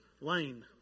Lane